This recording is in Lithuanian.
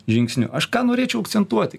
žingsniu aš norėčiau akcentuoti